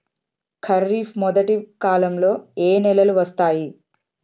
ఖరీఫ్ మొదటి కాలంలో ఏ నెలలు వస్తాయి?